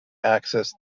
access